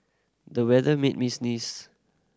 the weather made me sneeze